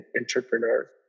entrepreneurs